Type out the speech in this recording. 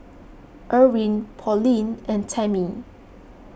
Irwin Pauline and Tamie